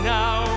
now